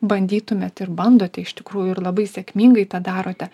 bandytumėt ir bandote iš tikrųjų ir labai sėkmingai tą darote